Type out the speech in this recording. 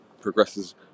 progresses